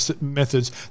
methods